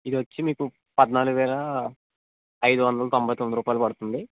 ఇది వచ్చి మీకు పద్నాలుగు వేల ఐదు వందల తొంభై తొమ్మిది రూపాయలు పడుతుంది